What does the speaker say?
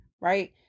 right